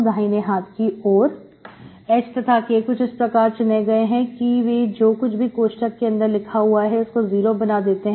दाहिने हाथ की ओर h तथा k इस प्रकार चुने गए हैं कि वे जो कुछ भी कोष्टक के अंदर लिखा हुआ है उसको 0 बना देते हैं